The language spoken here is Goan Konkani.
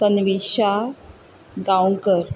तन्विशा गांवकर